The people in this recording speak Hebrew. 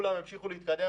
כולם המשיכו להתקדם,